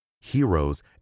heroes